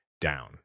down